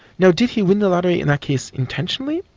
now did he win the lottery in that case intentionally?